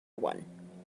one